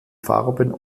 farben